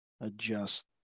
adjust